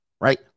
Right